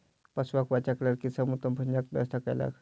पशुक बच्चाक लेल कृषक उत्तम भोजनक व्यवस्था कयलक